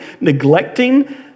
neglecting